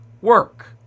work